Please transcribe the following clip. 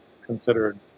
considered